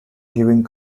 giving